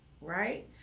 right